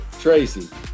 Tracy